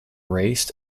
raced